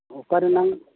ᱚᱠᱟ ᱨᱮᱱᱟᱝ